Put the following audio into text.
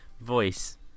voice